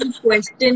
question